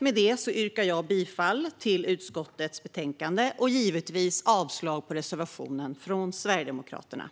Med det yrkar jag bifall till utskottets förslag i betänkandet och givetvis avslag på reservationen från Sverigedemokraterna.